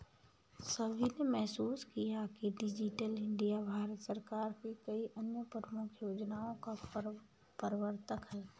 सभी ने महसूस किया है कि डिजिटल इंडिया भारत सरकार की कई अन्य प्रमुख योजनाओं का प्रवर्तक है